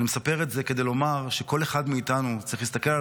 אני מספר את זה כדי לומר שכל אחד מאיתנו צריך להסתכל על